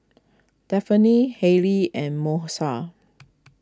Daphne Harley and Moesha